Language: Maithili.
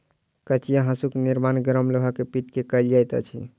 कचिया हाँसूक निर्माण गरम लोहा के पीट क कयल जाइत अछि